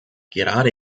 gerade